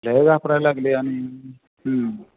लई लागले आणि